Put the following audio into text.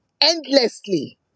endlessly